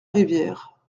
rivière